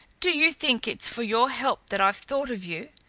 do you think it's for your help that i've thought of you?